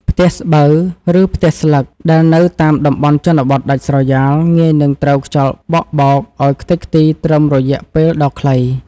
ផ្ទះស្បូវ ឬផ្ទះស្លឹកដែលនៅតាមតំបន់ជនបទដាច់ស្រយាលងាយនឹងត្រូវខ្យល់បក់បោកឱ្យខ្ទេចខ្ទីត្រឹមរយៈពេលដ៏ខ្លី។